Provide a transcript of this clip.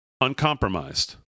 uncompromised